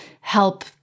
help